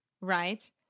right